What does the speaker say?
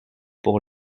pour